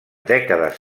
dècades